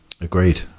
Agreed